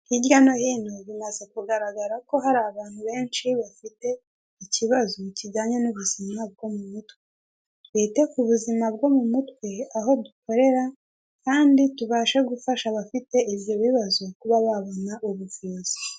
Hirya no hino, bimaze kugaragara ko hari abantu benshi bafite ikibazo kijyanye n'ubuzima bwo mu mutwe. Twite ku buzima bwo mu mutwe aho dukorera, kandi tubashe gufasha abafite ibyo bibazo kuba babona ubuvuzi.